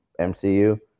MCU